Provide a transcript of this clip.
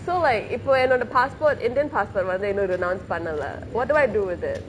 so like இப்ப என்னோட: ppe ennoda passport indian passport மாரி இன்னும்:maari innum renounce பண்ணலே:pannalae what do I do with it